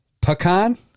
Pecan